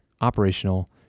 operational